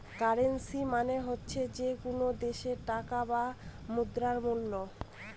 currency মানে হচ্ছে যে কোনো দেশের টাকা বা মুদ্রার মুল্য